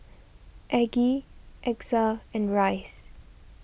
Aggie Exa and Rice